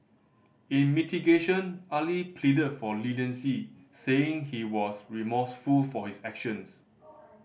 in mitigation Ali pleaded for leniency saying he was remorseful for his actions